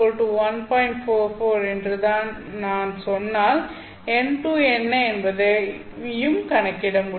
44 என்று நான் சொன்னால் n2 என்ன என்பதையும் கணக்கிட முடியும்